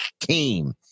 team